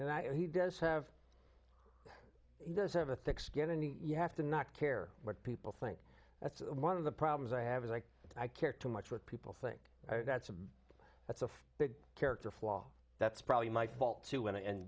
and i he does have to have a thick skin and you have to not care what people think that's one of the problems i have is like i care too much what people think that's a that's a big character flaw that's probably my fault to women and